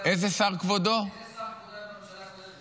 איזה שר כבודו היה בממשלה הקודמת?